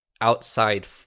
outside